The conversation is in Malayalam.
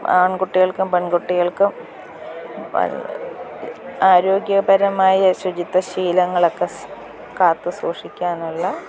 ആൺകുട്ടികൾക്കും പെൺകുട്ടികൾക്കും ആരോഗ്യപരമായ ശുചിത്വ ശീലങ്ങളൊക്കെ കാത്തു സൂക്ഷിക്കാനുള്ള